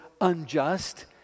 unjust